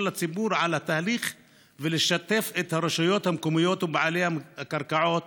לציבור על התהליך ולשתף את הרשויות המקומיות ואת בעלי הקרקעות